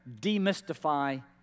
demystify